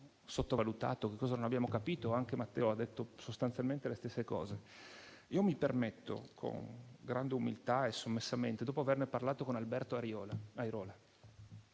sottovalutato, cosa non abbiamo capito e anche Matteo ha detto sostanzialmente le stesse cose. Mi permetto di intervenire, con grande umiltà e sommessamente, dopo averne parlato con Alberto Airola,